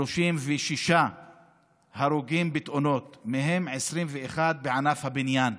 36 הרוגים בתאונות, ומהם 21 בענף הבניין.